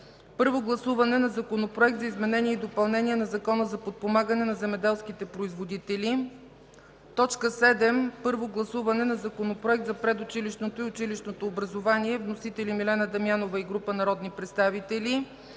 Първо гласуване на Законопроекта за изменение и допълнение на Закона за подпомагане на земеделските производители – точка първа за петък, 30 януари 2015 г. 7. Първо гласуване на Законопроекта за предучилищното и училищното образование – вносители: Милена Дамянова и група народни представители,